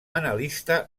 analista